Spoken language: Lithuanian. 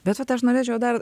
bet čia tai aš norėčiau dar